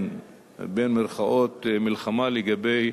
"מלחמה" לגבי